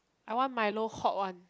I want milo hot one